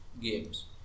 games